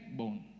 bone